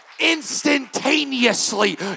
instantaneously